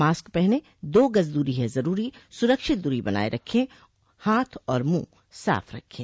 mask पहनें दो गज़ दूरी है ज़रूरी सुरक्षित दूरी बनाए रखें हाथ और मुंह साफ़ रखें